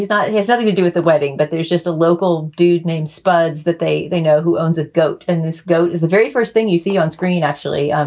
thought he had nothing to do with the wedding. but there's just a local dude named spud's that they they know who owns a goat. and this goat is the very first thing you see onscreen. actually, um